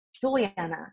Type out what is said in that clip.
Juliana